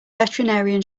veterinarian